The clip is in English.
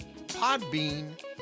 Podbean